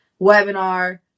webinar